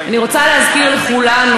אני רוצה להזכיר לכולנו,